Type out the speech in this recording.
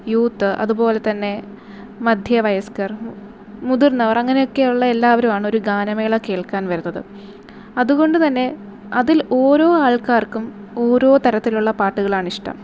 youth അതുപോലെ തന്നെ മധ്യവയസ്ക്കര് മുതിര്ന്നവര് അങ്ങനെയൊക്കെയുള്ള എല്ലാവരും ആണ് ഒരു ഗാനമേള കേള്ക്കാന് വരുന്നത് അതുകൊണ്ട് തന്നെ അതില് ഓരോ ആള്ക്കാര്ക്കും ഓരോ തരത്തിലുള്ള പാട്ടുകളാണ് ഇഷ്ട്ടം